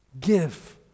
give